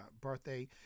birthday